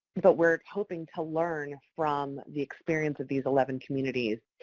but we are hoping to learn from the experience of these eleven communities,